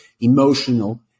emotional